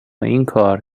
اینکار